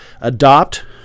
adopt